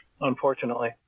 unfortunately